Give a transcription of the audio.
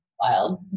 Wild